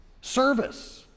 service